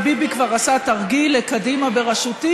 וביבי כבר עשה תרגיל לקדימה בראשותי,